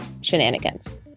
Shenanigans